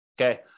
Okay